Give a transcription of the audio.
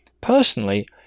personally